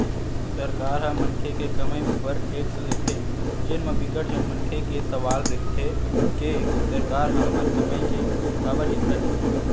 सरकार ह मनखे के कमई उपर टेक्स लेथे जेन म बिकट झन मनखे के सवाल रहिथे के सरकार ह हमर कमई के काबर हिस्सा लेथे